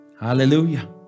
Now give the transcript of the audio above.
Hallelujah